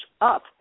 up